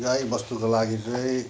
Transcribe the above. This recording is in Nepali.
गाईबस्तुको लागि चाहिँ